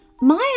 Maya